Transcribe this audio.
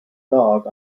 jog